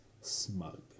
smug